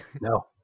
No